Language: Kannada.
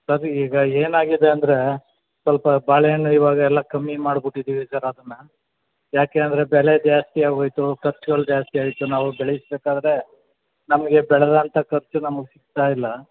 ಸರ್ ಈಗ ಏನಾಗಿದೆ ಅಂದರೆ ಸ್ವಲ್ಪ ಬಾಳೆಹಣ್ಣು ಇವಾಗೆಲ್ಲ ಕಮ್ಮಿ ಮಾಡ್ಬಿಟ್ಟಿದ್ದೀವಿ ಸರ್ ಅದನ್ನ ಯಾಕೆ ಅಂದರೆ ಬೆಲೆ ಜಾಸ್ತಿ ಆಗೋಯಿತು ಖರ್ಚ್ಗಳು ಜಾಸ್ತಿ ಆಯಿತು ನಾವು ಬೆಳೆಸ್ಬೇಕಾದ್ರೆ ನಮಗೆ ಬೆಳೆದಂಥ ಖರ್ಚು ನಮಗೆ ಸಿಗ್ತಾಯಿಲ್ಲ